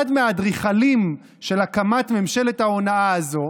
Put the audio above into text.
אחד מהאדריכלים של הקמת ממשלת ההונאה הזו,